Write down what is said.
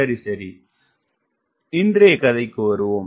சரி சரி இன்றைய கதைக்கு வருவோம்